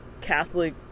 Catholic